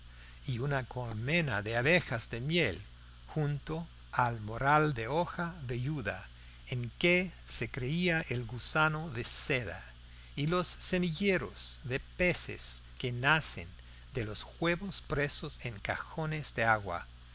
y una colmena de abejas de miel junto al moral de hoja velluda en que se cría el gusano de seda y los semilleros de peces que nacen de los huevos presos en cajones de agua